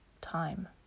time